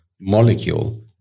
molecule